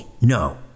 no